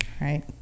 Right